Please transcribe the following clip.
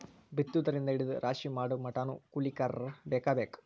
ಬಿತ್ತುದರಿಂದ ಹಿಡದ ರಾಶಿ ಮಾಡುಮಟಾನು ಕೂಲಿಕಾರರ ಬೇಕ ಬೇಕ